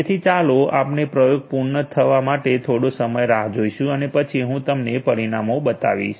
તેથી ચાલો આપણે પ્રયોગ પૂર્ણ થવા માટે થોડો સમય રાહ જોઈશું અને પછી હું તમને પરિણામો બતાવીશું